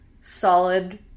solid